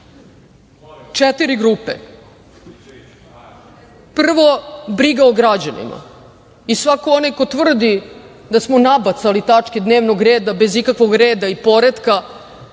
četiri grupe. Prvo briga o građanima i svako onaj ko tvrdi da smo nabacali tačke dnevnog reda bez ikakvog reda i poretka